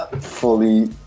fully